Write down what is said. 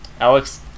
Alex